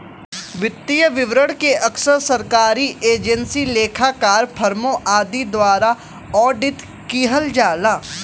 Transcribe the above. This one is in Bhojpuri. वित्तीय विवरण के अक्सर सरकारी एजेंसी, लेखाकार, फर्मों आदि द्वारा ऑडिट किहल जाला